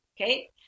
Okay